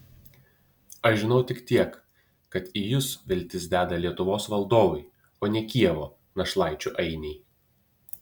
aš žinau tik tiek kad į jus viltis deda lietuvos valdovai o ne kijevo našlaičių ainiai